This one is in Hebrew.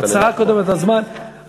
בהצעה הקודמת אתה,